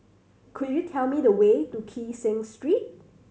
could you tell me the way to Kee Seng Street